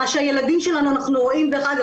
דרך אגב,